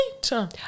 time